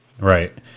Right